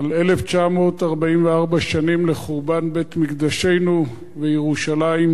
על 1,944 שנים לחורבן בית-מקדשנו וירושלים,